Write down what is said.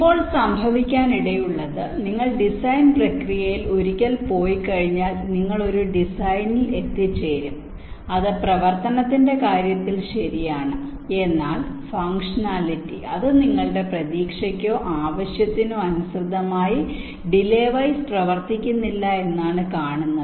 ഇപ്പോൾ സംഭവിക്കാനിടയുള്ളത് നിങ്ങൾ ഡിസൈൻ പ്രക്രിയയിൽ ഒരിക്കൽ പോയിക്കഴിഞ്ഞാൽ നിങ്ങൾ ഒരു ഡിസൈനിൽ എത്തിച്ചേരും അത് പ്രവർത്തനത്തിന്റെ കാര്യത്തിൽ ശരിയാണ് എന്നാൽ ഫങ്ക്ഷണാലിറ്റി അത് നിങ്ങളുടെ പ്രതീക്ഷയ്ക്കോ ആവശ്യത്തിനോ അനുസൃതമായി ഡിലേ വൈസ് പ്രവർത്തിക്കുന്നില്ല എന്നാണ് കാണുന്നത്